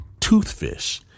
toothfish